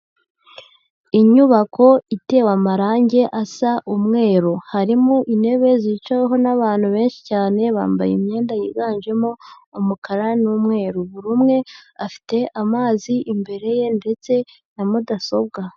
Inyubako itewe amarange asa umweru harimo intebe zicaweho n'abantu benshi cyane bambaye imyenda yiganjemo umukara n'umweru, buri umwe afite amazi imbere ye ndetse na mudasobwa.